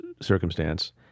circumstance